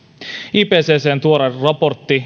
ipccn tuore raportti